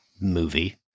movie